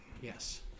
Yes